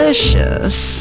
Delicious